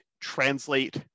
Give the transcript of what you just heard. translate